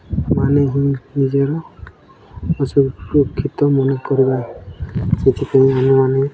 ମାନେ ହିଁ ନିଜର ଅସୁରକ୍ଷିତ ମନେକରିବା ସେଥିପାଇଁ ଆମେମାନେ